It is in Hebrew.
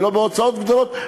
ולא בהוצאות גדולות,